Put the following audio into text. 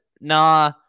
Nah